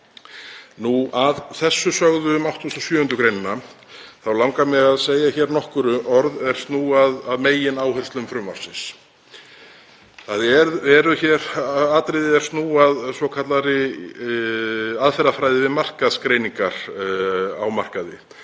Að því sögðu um 87. gr. þá langar mig að segja nokkur orð er snúa að megináherslum frumvarpsins. Það eru hér atriði er snúa að svokallaðri aðferðafræði við markaðsgreiningar á markaði.